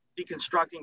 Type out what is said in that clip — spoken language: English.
deconstructing